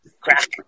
crack